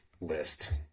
list